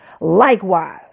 Likewise